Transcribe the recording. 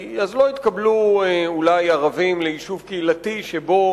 אז לא יתקבלו אולי ערבים ליישוב קהילתי שבו